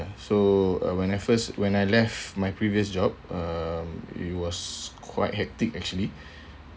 so uh when I first when I left my previous job um it was quite hectic actually